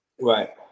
Right